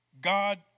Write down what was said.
God